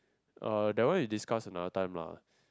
uh that one we discuss another time lah